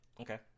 Okay